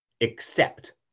accept